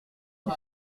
dit